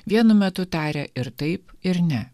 vienu metu taria ir taip ir ne